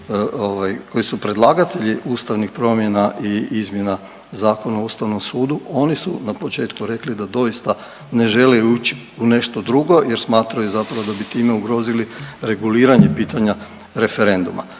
koji su predlagatelji ustavnih promjena i izmjena Zakona o Ustavnom sudu oni su na početku rekli da doista ne žele ući u nešto drugo jer smatraju zapravo da bi time ugrozili reguliranje pitanja referenduma.